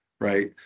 right